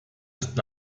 ist